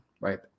right